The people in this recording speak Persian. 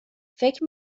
فکر